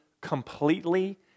completely